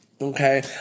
Okay